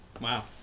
Wow